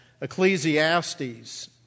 Ecclesiastes